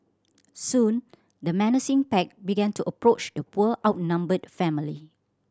soon the menacing pack began to approach the poor outnumbered family